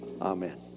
amen